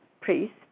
priest